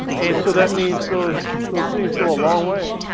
and so that means those those things go a long way.